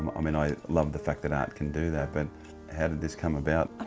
um and i love the fact that art can do that, but how did this come about?